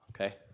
okay